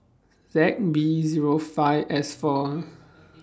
Z B Zero five S four